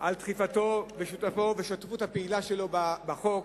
על דחיפתו ועל השותפות הפעילה שלו בחוק,